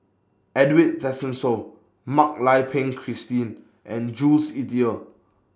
Edwin Tessensohn Mak Lai Peng Christine and Jules Itier